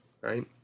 right